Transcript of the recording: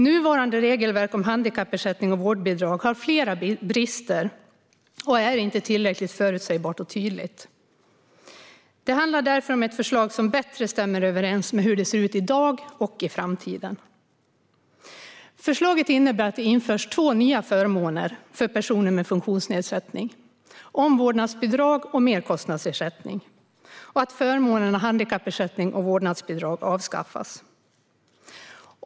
Nuvarande regelverk om handikappersättning och vårdbidrag har flera brister och är inte tillräckligt förutsägbart och tydligt. Det handlar därför om ett förslag som bättre stämmer överens med hur det ser ut i dag och i framtiden. Förslaget innebär att det införs två nya förmåner för personer med funktionsnedsättning - omvårdnadsbidrag och merkostnadsersättning - och att förmånerna handikappersättning och vårdnadsbidrag avskaffas.